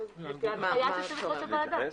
בהנחיית יושבת ראש הוועדה.